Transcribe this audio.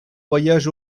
voyage